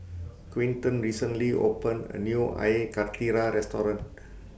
Quinton recently opened A New Air Karthira Restaurant